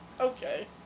Okay